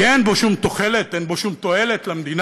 כי אין בו שום תוחלת, אין בו שום תועלת למדינה,